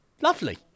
lovely